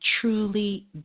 truly